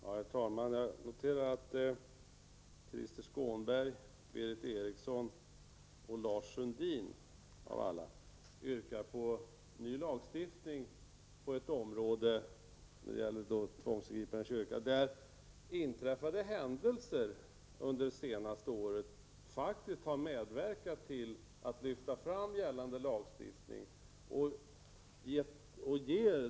Herr talman! Jag noterar att Krister Skånberg, Berith Eriksson och Lars Sundin -- av alla -- yrkar på ny lagstiftning på ett område, nämligen när det gäller tvångsingripanden i kyrkolokaler, där inträffade händelser under det senaste året faktiskt medverkat till att lyfta fram gällande lagstiftning.